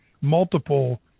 multiple